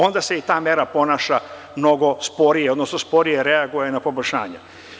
Onda se i ta mera ponaša mnogo sporije, odnosno sporije reaguje na poboljšanje.